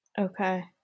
Okay